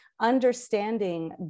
understanding